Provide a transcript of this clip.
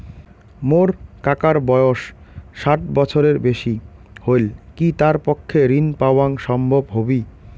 মোর কাকার বয়স ষাট বছরের বেশি হলই কি তার পক্ষে ঋণ পাওয়াং সম্ভব হবি?